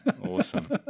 Awesome